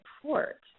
support